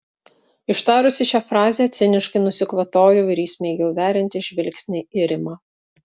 ištarusi šią frazę ciniškai nusikvatojau ir įsmeigiau veriantį žvilgsnį į rimą